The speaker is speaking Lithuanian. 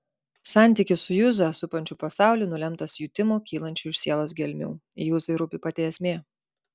santykis su juzą supančiu pasauliu nulemtas jutimų kylančių iš sielos gelmių juzai rūpi pati esmė